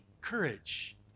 courage